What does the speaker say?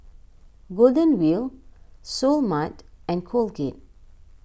Golden Wheel Seoul Mart and Colgate